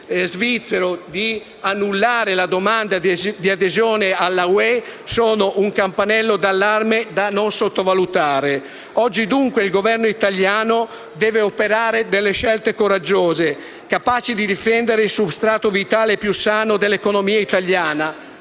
svizzero di annullare la domanda di adesione all'Unione europea sono un campanello d'allarme da non sottovalutare. Oggi dunque il Governo italiano deve operare delle scelte coraggiose, capaci di difendere il substrato vitale e più sano dell'economia italiana,